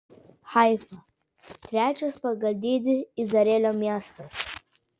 haifa trečias pagal dydį izraelio miestas